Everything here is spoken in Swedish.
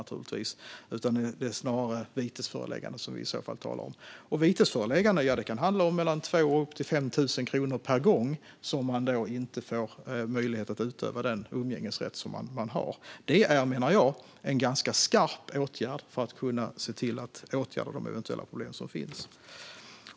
Det är snarare vitesförelägganden som vi i så fall talar om. Vitesförelägganden kan handla om 2 000-5 000 kronor per gång om en förälder inte får möjlighet att utöva den umgängesrätt som man har. Det menar jag är en ganska skarp åtgärd för att åtgärda de eventuella problem som finns.